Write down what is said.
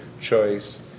choice